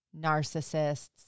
narcissists